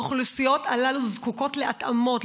האוכלוסיות הללו זקוקות להתאמות,